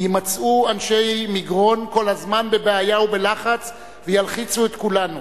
יימצאו אנשי מגרון כל הזמן בבעיה ובלחץ וילחיצו את כולנו.